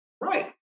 Right